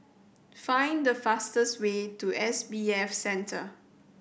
find the fastest way to S B F Center